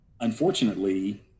unfortunately